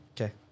Okay